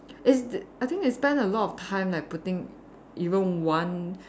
it's I think they spend a lot of time leh putting even one